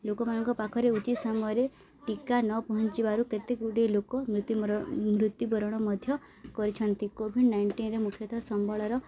ଲୋକମାନଙ୍କ ପାଖରେ ଉଚିତ୍ ସମୟରେ ଟୀକା ନ ପହଞ୍ଚିବାରୁ କେତେ ଗୁଡ଼ିଏ ଲୋକ ମୃତ୍ୟୁବରଣ ମୃତ୍ୟୁବରଣ ମଧ୍ୟ କରିଛନ୍ତି କୋଭିଡ଼୍ ନାଇଣ୍ଟିନ୍ରେ ମୁଖ୍ୟତଃ ସମ୍ବଳର